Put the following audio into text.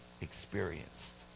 experienced